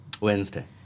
Wednesday